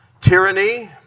tyranny